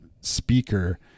speaker